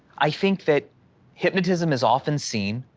i think that hypnotism is often seen,